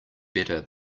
better